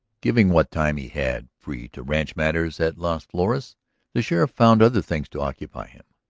giving what time he had free to ranch matters at las flores the sheriff found other things to occupy him.